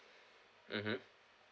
mmhmm